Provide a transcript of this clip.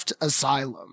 Asylum